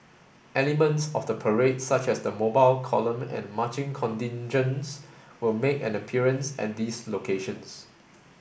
elements of the parade such as the mobile column and marching contingents will make an appearance at these locations